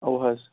اَوٕ حظ